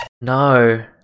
No